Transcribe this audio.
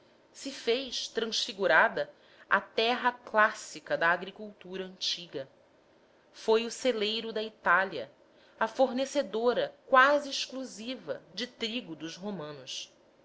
se fez transfigurada a terra clássica da agricultura antiga foi o celeiro da itália a fornecedora quase exclusiva de trigo dos romanos